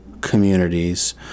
communities